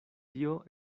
tio